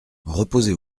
reposez